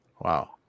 Wow